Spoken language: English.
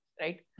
right